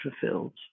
fulfilled